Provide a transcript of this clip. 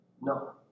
No